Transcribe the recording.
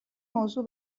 موضوع